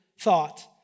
thought